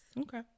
okay